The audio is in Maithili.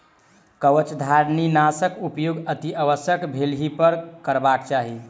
कवचधारीनाशक उपयोग अतिआवश्यक भेलहिपर करबाक चाहि